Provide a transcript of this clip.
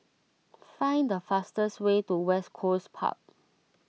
find the fastest way to West Coast Park